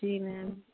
जी ma'am